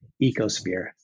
ecosphere